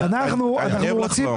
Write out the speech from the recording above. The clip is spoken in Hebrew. אני אוהב לחלום.